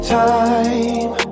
time